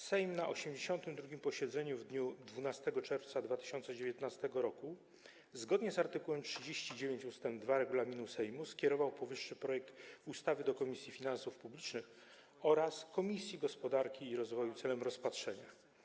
Sejm na 82. posiedzeniu w dniu 12 czerwca 2019 r., zgodnie z art. 39 ust. 2 regulaminu Sejmu, skierował powyższy projekt ustawy do Komisji Finansów Publicznych oraz Komisji Gospodarki i Rozwoju celem rozpatrzenia.